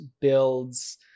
builds